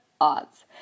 odds